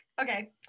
okay